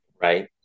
Right